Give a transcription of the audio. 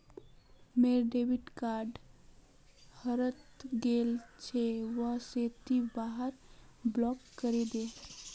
मोर debit card हरइ गेल छ वा से ति वहाक ब्लॉक करे दे